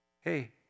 Hey